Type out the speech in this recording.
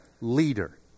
leader